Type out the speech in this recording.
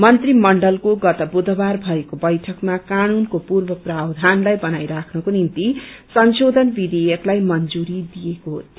मन्त्रीमण्डलको गत बुधबार भएको बैठकमा कानूनको पूर्व प्रावधानलाई बनाइराख्नको निम्ति संशोधन विधेयकलाई मंजूरी दिएको थियो